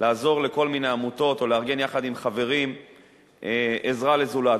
לעזור לכל מיני עמותות או לארגן יחד עם חברים עזרה לזולת,